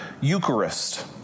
Eucharist